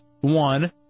one